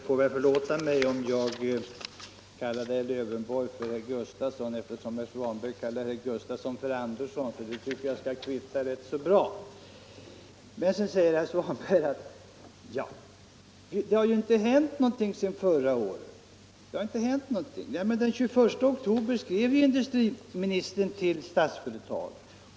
Herr talman! Herr Svanberg säger att det inte har hänt någonting sedan förra året. Men den 21 oktober skrev industriministern till Statsföretag.